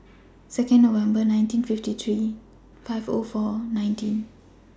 Second November nineteen fifty three five O four nineteen